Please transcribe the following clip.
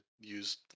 use